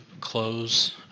close